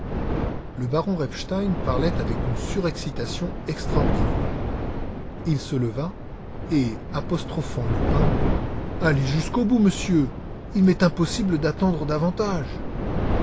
le baron repstein parlait avec une surexcitation extraordinaire il se leva et apostrophant lupin allez jusqu'au bout monsieur il m'est impossible d'attendre davantage